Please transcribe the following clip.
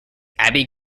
abbey